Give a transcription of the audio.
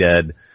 Dead